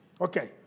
Okay